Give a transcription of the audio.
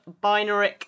binary